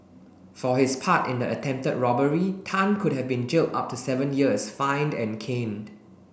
for his part in the attempted robbery Tan could have been jailed up to seven years fined and caned